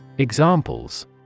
Examples